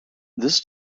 this